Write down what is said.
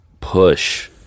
push